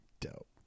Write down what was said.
dope